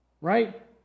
Right